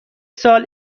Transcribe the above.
سال